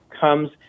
comes